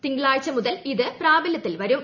തിങ്കളാഴ്ച മുതൽ ഇത് പ്രാബല്യത്തിൽ വരും